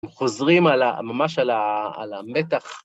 חוזרים על ה... ממש על ה...המתח.